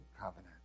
covenant